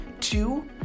Two